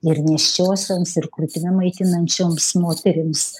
ir nėščiosioms ir krūtimi maitinančioms moterims